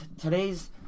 today's